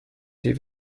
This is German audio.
die